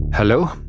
Hello